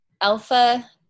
Alpha